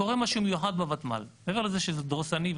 קורה משהו מיוחד בוותמ"ל, מעבר לזה שזה דורסני.